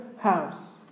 house